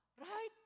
right